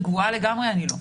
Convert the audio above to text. רגועה לגמרי אני לא.